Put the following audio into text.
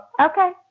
okay